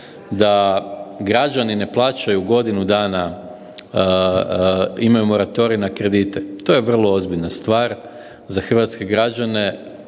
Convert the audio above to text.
da građani ne plaćaju godinu dana, imaju moratorij na kredite to je vrlo ozbiljna stvar za hrvatske građane,